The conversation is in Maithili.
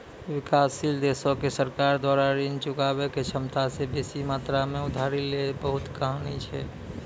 विकासशील देशो के सरकार द्वारा ऋण चुकाबै के क्षमता से बेसी मात्रा मे उधारी लै के बहुते कहानी छै